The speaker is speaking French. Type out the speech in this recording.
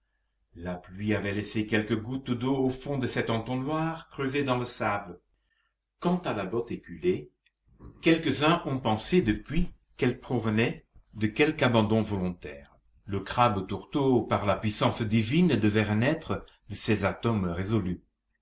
la pluie avait laissé quelques gouttes d'eau au fond de cet entonnoir creusé dans le sable quant à la botte éculée quelques-uns ont pensé depuis qu'elle provenait de quelque abandon volontaire le crabe tourteau par la puissance divine devait renaître de ses atomes résolus